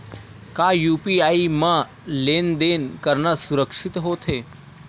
का यू.पी.आई म लेन देन करना सुरक्षित होथे?